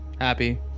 Happy